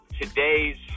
today's